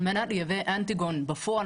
על מנת לייבא אנטיגן בפועל,